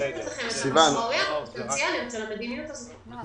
משקפת לכם את המשמעויות הפוטנציאליות של המדיניות הזאת.